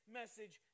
message